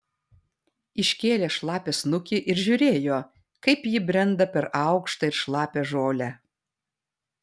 iškėlė šlapią snukį ir žiūrėjo kaip ji brenda per aukštą ir šlapią žolę